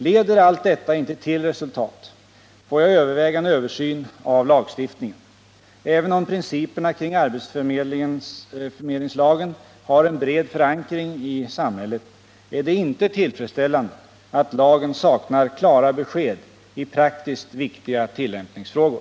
Leder allt detta inte till resultat, får jag överväga en översyn av lagstiftningen. Även om principerna kring arbetsförmedlingslagen har en bred förankring i samhället, är det inte tillfredsställande att lagen saknar klara besked i praktiskt viktiga tillämpningsfrågor.